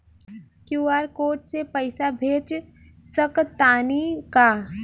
QR code से पईसा भेज सक तानी का?